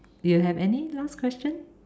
you have any last question